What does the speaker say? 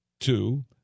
Two